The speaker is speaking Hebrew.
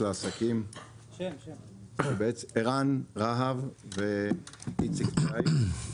אני ערן רהב מנילוס לעסקים.